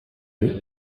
nuits